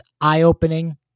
eye-opening